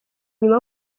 inyuma